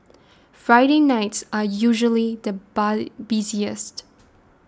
Friday nights are usually the buy busiest